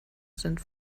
sind